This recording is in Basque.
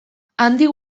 handik